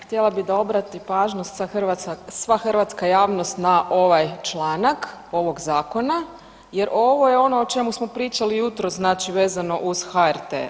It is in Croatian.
Htjela bih da obrati pažnju sva hrvatska javnost na ovaj članak, ovog zakona jer ovo je ono o čemu smo pričali jutros znači vezano uz HRT.